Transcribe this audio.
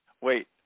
Wait